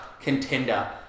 contender